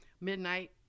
midnight